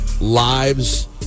lives